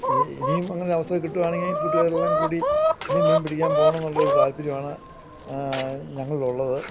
ഇനിയും അങ്ങനൊരവസരം കിട്ടുവാണെങ്കിൽ കൂട്ടുകാരെല്ലാം കൂടി ഇനിയും മീൻ പിടിക്കാൻ പോകണമെന്നുള്ളൊരു താല്പര്യമാണ് ഞങ്ങളിലുള്ളത്